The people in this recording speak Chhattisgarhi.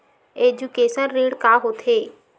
एजुकेशन ऋण का होथे?